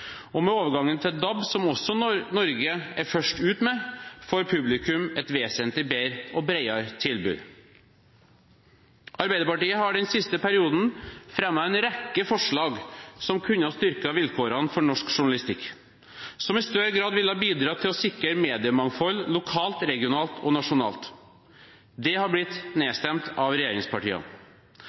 og med overgangen til DAB, som også Norge er først ute med, får publikum et vesentlig bedre og bredere tilbud. Arbeiderpartiet har den siste perioden fremmet en rekke forslag som kunne ha styrket vilkårene for norsk journalistikk, som i større grad ville ha bidratt til å sikre mediemangfold lokalt, regionalt og nasjonalt. Det har blitt nedstemt av